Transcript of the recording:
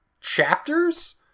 chapters